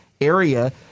area